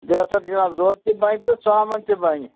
بہتر جِناب دۄد تہِ بَنہٕ تہٕ ژامَن تہِ بَنہِ